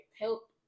help